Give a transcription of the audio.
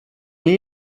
nie